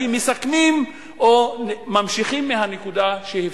כי מסכמים או ממשיכים מהנקודה שהפסיקו.